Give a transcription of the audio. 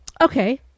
okay